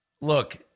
Look